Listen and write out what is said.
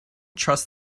trust